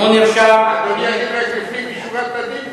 אדוני יגיד לו לפנים משורת הדין,